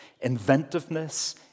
inventiveness